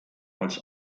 als